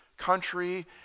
country